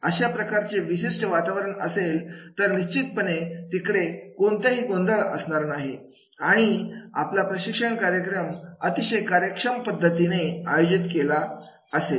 अशा प्रकारचे विशिष्ट वातावरण असेल तर निश्चितपणे तिकडे कोणतेही गोंधळ असणार नाही आणि आपला प्रशिक्षण कार्यक्रम अतिशय कार्यक्षम पद्धतीने आयोजित केलेला असेल